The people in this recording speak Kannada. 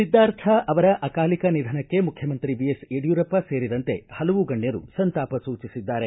ಸಿದ್ಗಾರ್ಥ್ ಅವರ ಅಕಾಲಿಕ ನಿಧನಕ್ಕೆ ಮುಖ್ಯಮಂತ್ರಿ ಬಿಎಸ್ ಯಡ್ಕೂರಪ್ಪ ಸೇರಿದಂತೆ ಪಲವು ಗಣ್ಣರು ಸಂತಾಪ ಸೂಚಿಸಿದ್ಗಾರೆ